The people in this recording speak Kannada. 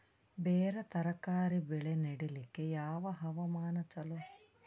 ಬೇರ ತರಕಾರಿ ಬೆಳೆ ನಡಿಲಿಕ ಯಾವ ಹವಾಮಾನ ಚಲೋ?